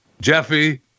Jeffy